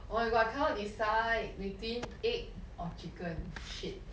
oh my god I cannot decide between egg or chicken shit